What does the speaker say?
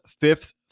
Fifth